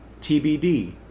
TBD